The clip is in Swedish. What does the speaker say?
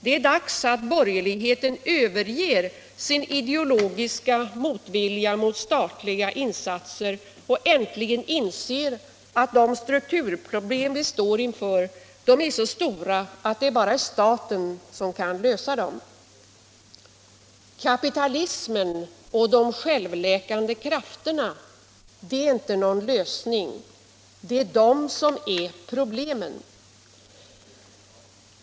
Det är dags att borgerligheten överger sin ideologiska motvilja mot statliga insatser och äntligen inser att de strukturproblem som vi står inför är så stora att det bara är staten som kan lösa dem. Kapitalismen och de självläkande krafterna är inte någon lösning; det är de som är problemen.